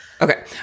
Okay